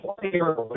player